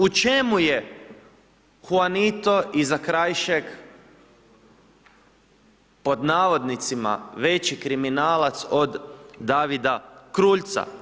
U čemu je Huanito i Zakrajšek pod navodnicima veći kriminalac od Davida Kruljca?